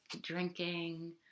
drinking